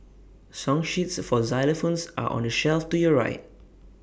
song sheets for xylophones are on the shelf to your right